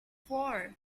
four